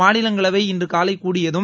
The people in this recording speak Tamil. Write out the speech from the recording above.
மாநிலங்களவை இன்று காலை கூடியதும்